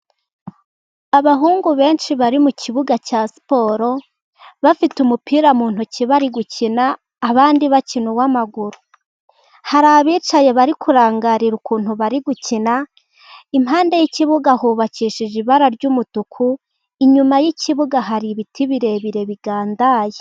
Abahungu benshi bari mu kibuga cya siporo, bafite umupira mu ntoki bari gukina abandi bakinow'amaguru, hari abicaye bari kurangarira ukuntu bari gukina, impande yikibuga hubakishije ibara ry'umutuku, inyuma ykibuga hari ibiti birebire bigandaye.